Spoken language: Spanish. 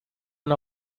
una